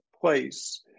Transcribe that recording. place